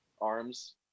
arms